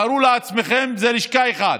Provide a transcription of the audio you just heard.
תארו לעצמכם: לשכה אחת,